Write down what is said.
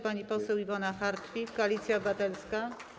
Pani poseł Iwona Hartwich, Koalicja Obywatelska.